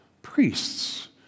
priests